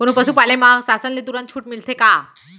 कोनो पसु पाले म शासन ले तुरंत छूट मिलथे का?